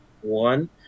one